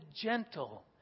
gentle